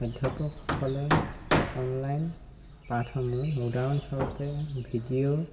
অধ্যাপকসকলে online পাঠসমূহ উদাহৰণস্বৰূপে video